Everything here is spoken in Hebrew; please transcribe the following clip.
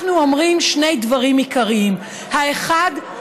אנחנו אומרים שני דברים עיקריים: האחד,